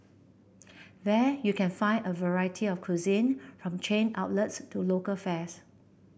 there you can find a variety of cuisine from chain outlets to local fares